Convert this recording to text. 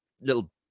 little